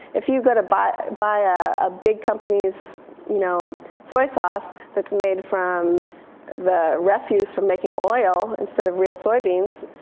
if you go to buy buy a big company's you know soy sauce that's made from the refuse from making oil instead of real soybeans,